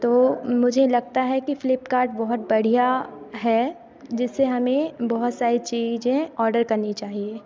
तो मुझे लगता है कि फ्लिपकार्ट बहुत बढ़िया है जिससे हमें बहुत सारी चीजें ऑर्डर करनी चाहिए